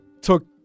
took